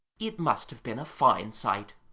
it must have been a fine sight.